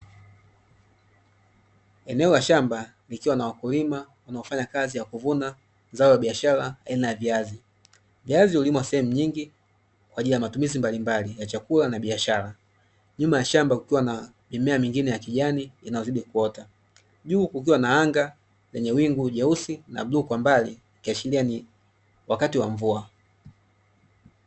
Eneo la shamba likiwa na wakulima wanaofanya kazi ya kuvuna zao la biashara aina ya viazi. Viazi hulimwa sehemu nyingi kwa ajili ya matumizi mbalimbali ya chakula na biashara. Nyuma ya shamba kukiwa na mimea mingine ya kijani inayozidi kuota. Juu kukiwa na anga lenye wingu jeusi na bluu kwa mbali ikiashiria ni wakati wa mvua.